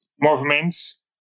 movements